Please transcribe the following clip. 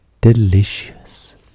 delicious